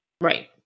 Right